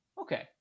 Okay